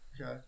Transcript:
Okay